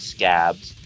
Scabs